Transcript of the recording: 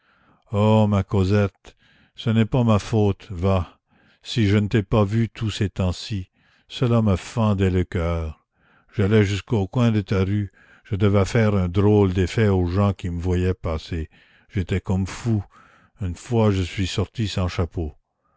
ô ma cosette ce n'est pas ma faute va si je ne t'ai pas vue tous ces temps-ci cela me fendait le coeur j'allais jusqu'au coin de ta rue je devais faire un drôle d'effet aux gens qui me voyaient passer j'étais comme fou une fois je suis sorti sans chapeau